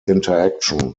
interaction